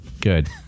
Good